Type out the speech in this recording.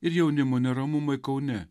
ir jaunimo neramumai kaune